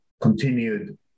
continued